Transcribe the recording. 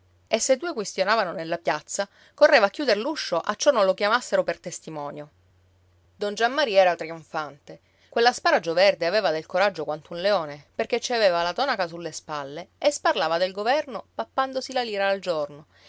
e se due quistionavano nella piazza correva a chiudere l'uscio acciò non lo chiamassero per testimonio don giammaria era trionfante quell'asparagio verde aveva del coraggio quanto un leone perché ci aveva la tonaca sulle spalle e sparlava del governo pappandosi la lira al giorno